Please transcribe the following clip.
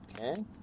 Okay